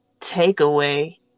takeaway